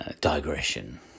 digression